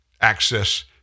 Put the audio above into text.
access